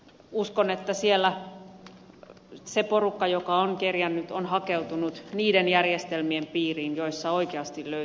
uskon että siellä se porukka joka on kerjännyt on hakeutunut niiden järjestelmien piiriin joista oikeasti löytyy apu